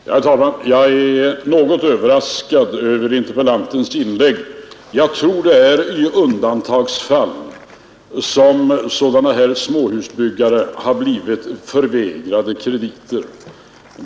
Herr talman! Jag är något överraskad över interpellantens inlägg, eftersom jag tror att det bara är i undantagsfall som småhusbyggare blivit förvägrade krediter.